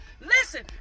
listen